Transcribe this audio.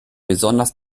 besonders